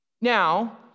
Now